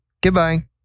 Goodbye